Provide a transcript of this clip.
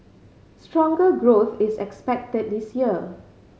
stronger growth is expected this year